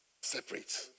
separate